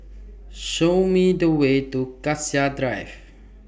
Show Me The Way to Cassia Drive